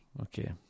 Okay